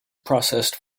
processed